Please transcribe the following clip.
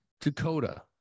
Dakota